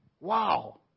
Wow